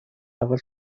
اول